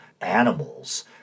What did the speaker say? animals